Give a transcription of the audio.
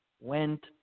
went